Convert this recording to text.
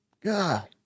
God